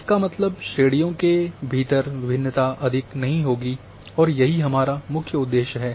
इसका मतलब श्रेणियों के भीतर भिन्नता अधिक नहीं होगी और यही हमारा मुख्य उद्देश्य है